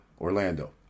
orlando